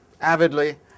avidly